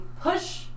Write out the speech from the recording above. push